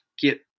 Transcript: get